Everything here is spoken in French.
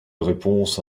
réponse